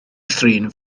thrin